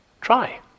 Try